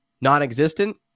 non-existent